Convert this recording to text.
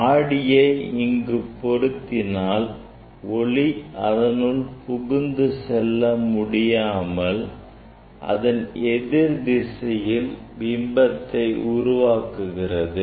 ஆடியை இங்கு பொருந்தியதால் ஒளி அதனுள் புகுந்து செல்ல முடியாமல் அதன் எதிர் திசையில் பிம்பத்தை உருவாக்குகிறது